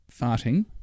farting